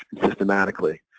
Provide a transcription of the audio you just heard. systematically